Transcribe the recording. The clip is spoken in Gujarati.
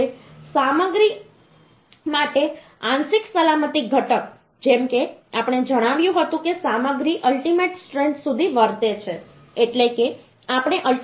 હવે સામગ્રી માટે આંશિક સલામતી ઘટક જેમ કે આપણે જણાવ્યું હતું કે સામગ્રી અલ્ટીમેટ સ્ટ્રેન્થ સુધી વર્તે છે એટલે કે આપણે અલ્ટીમેટ સ્ટ્રેન્થ સુધી વિચારણા કરીશું